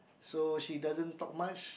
so she doesn't talk much